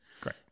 Great